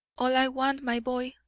all i want, my boy,